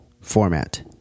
format